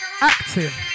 Active